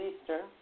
Easter